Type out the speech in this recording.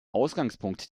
ausgangspunkt